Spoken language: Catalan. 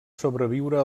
sobreviure